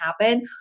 happen